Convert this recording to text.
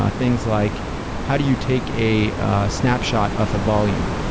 ah things like how do you take a snapshot of a volume?